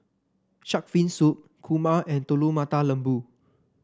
shark fin soup kurma and Telur Mata Lembu